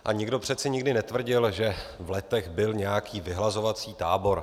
A nikdo přece nikdy netvrdil, že v Letech byl nějaký vyhlazovací tábor.